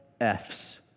Fs